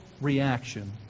reaction